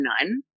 none